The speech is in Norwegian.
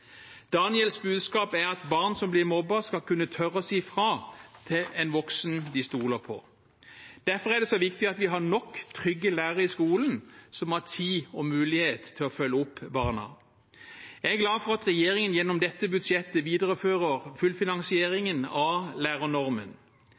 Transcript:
Daniels budskap er at barn som blir mobbet, skal kunne tørre å si fra til en voksen de stoler på. Derfor er det så viktig at vi har nok trygge lærere i skolen som har tid og mulighet til å følge opp barna. Jeg er glad for at regjeringen gjennom dette budsjettet viderefører